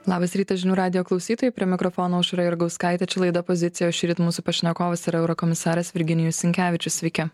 labas rytas žinių radijo klausytojai prie mikrofono aušra jurgauskaitė čia laida pozicija o šįryt mūsų pašnekovas yra eurokomisaras virginijus sinkevičius sveiki